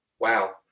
Wow